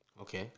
Okay